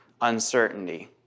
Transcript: uncertainty